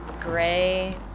gray